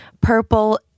purple